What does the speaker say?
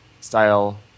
style